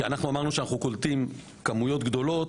כשאמרנו שאנחנו קולטים כמויות גדולות,